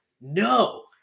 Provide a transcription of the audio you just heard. no